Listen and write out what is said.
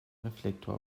reflektor